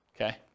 okay